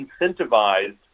incentivized